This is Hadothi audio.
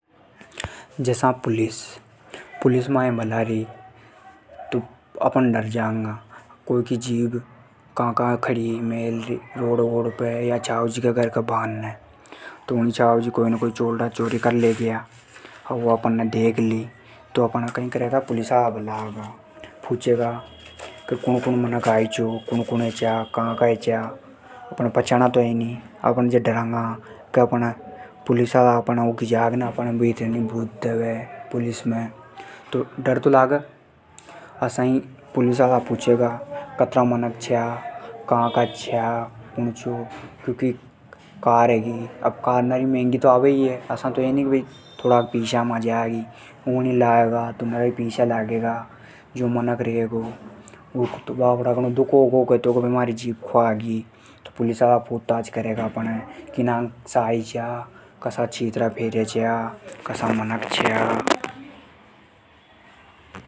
जसा पुलिस, पुलिस माये बलारी तो अपण डर जांगा। कोई की जीप कई कई खड़ी या रोड पे खड़ी। कोई के बारने खड़ी। कोई चोरी कर लेग्यो। अपण ने देख ली तो पुलिस हाला अपण हे बलागा। कुण कुण हैचा। अपण जाणा तो हे ही नी। अपण डरांगा के अपण हे नी लेजा ऊकी जाग ने। डर तो लागे। पुलिस हाला पूछे गा कुण कुण हैचा। का का हैचा। अब कार तो नरी महंगी आवे। घणो दुःख होगो कार हाला हे तो। तो असा पुलिस हाला पूछे गा अपण से।